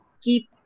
keep